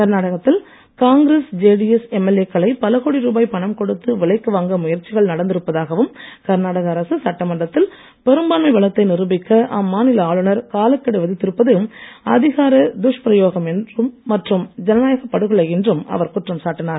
கர்நாடகத்தில் காங்கிரஸ் ஜேடிஎஸ் எம்எல்ஏக்களை பல கோடி ரூபாய் பணம் கொடுத்து விலைக்கு வாங்க முயற்சிகள் நடந்திருப்பதாகவும் கர்நாடக அரசு சட்டமன்றத்தில் பெரும்பான்மை பலத்தை நிரூபிக்க அம்மாநில ஆளுநர் காலக்கெடு விதித்திருப்பது அதிகார துஷ்பிரயோகம் மற்றும் ஜனநாயகப் படுகொலை என்றும் அவர் குற்றம் சாட்டினார்